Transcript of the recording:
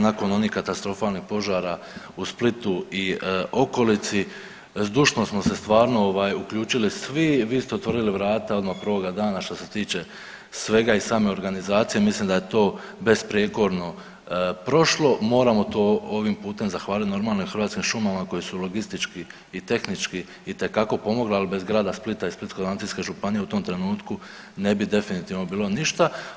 Nakon onih katastrofalnih požara u Splitu i okolici zdušno smo se stvarno ovaj uključili svi, vi ste otvorili vrata odma prvoga dana što se tiče svega i same organizacije i mislim da je to besprijekorno prošlo, moramo to ovim putem zahvalit normalno i Hrvatskim šumama koje su logistički i tehnički itekako pomogle, ali bez grada Splita i Splitsko-dalmatinske županije u tom trenutku ne bi definitivno bilo ništa.